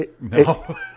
No